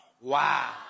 Wow